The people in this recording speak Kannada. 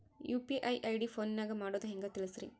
ಯು.ಪಿ.ಐ ಐ.ಡಿ ಫೋನಿನಾಗ ಮಾಡೋದು ಹೆಂಗ ತಿಳಿಸ್ರಿ?